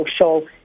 social